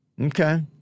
Okay